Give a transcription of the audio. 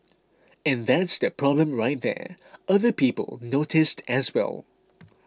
and that's the problem right there other people noticed as well